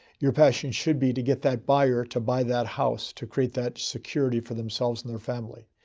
your passion should be to get that buyer to buy that house, to create that security for themselves and their family.